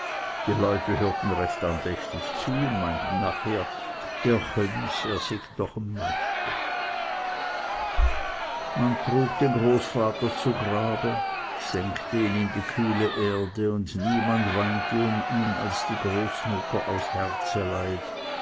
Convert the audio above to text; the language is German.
die leute hörten recht andächtig zu und meinten nachher da chönn's er syg doch e meister man trug den großvater zu grabe senkte ihn in die kühle erde und niemand weinte um ihn als die großmutter aus